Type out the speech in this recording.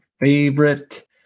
favorite